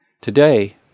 Today